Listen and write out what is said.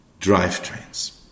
drivetrains